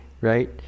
right